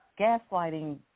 gaslighting